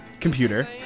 computer